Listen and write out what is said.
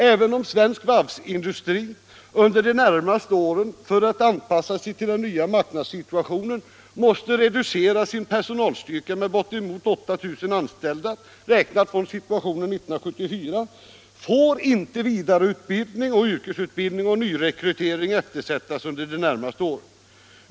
Även om svensk varvsindustri under de närmaste åren för att anpassa sig till den nya marknadssituationen måste reducera sin personalstyrka med bortemot 80 000 anställda, räknat från situationen 1974, får inte vidareutbildning, yrkesutbildning och nyrekrytering eftersättas under de närmaste åren.